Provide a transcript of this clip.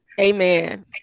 Amen